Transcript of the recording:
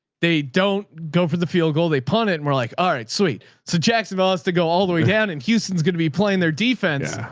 they don't go for the field goal. they punt it. and we're like, all right, sweet. so jacksonville has to go all the way down and houston's going to be playing their defense.